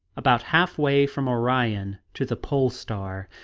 about half-way from orion to the pole star.